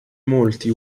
molti